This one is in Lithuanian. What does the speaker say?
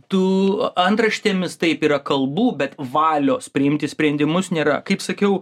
tu antraštėmis taip yra kalbų bet valios priimti sprendimus nėra kaip sakiau